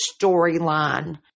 storyline